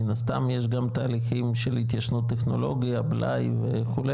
מן הסתם יש גם תהליכים של התיישנות טכנולוגיה בלאי וכו',